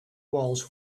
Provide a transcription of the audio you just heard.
walls